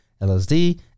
LSD